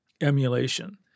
emulation